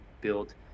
built